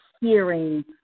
hearing